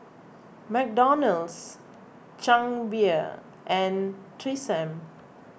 McDonald's Chang Beer and Tresemme